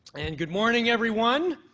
and good morning, everyone.